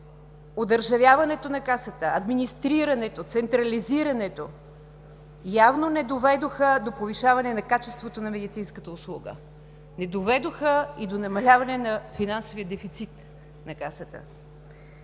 Одържавяването на Касата, администрирането, централизирането явно не доведоха до повишаване на качеството на медицинската услуга. Не доведоха и до намаляване на финансовия дефицит на Касата.